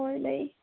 ꯍꯣꯏ ꯂꯩ